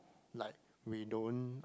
like we don't